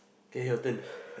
kay your turn